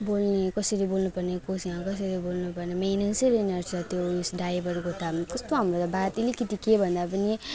बोल्ने कसरी बोल्नु पर्ने कोसँग कसरी बोल्नु पर्ने मेनर्स रहेन रहेछ त्यो ऊ ड्राइभरको त कस्तो हामीलाई त बात अलिकति के भन्दा पनि